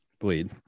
bleed